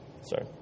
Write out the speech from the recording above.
sorry